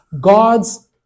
God's